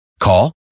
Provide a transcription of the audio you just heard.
Call